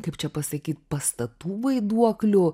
kaip čia pasakyt pastatų vaiduoklių